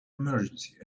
emergency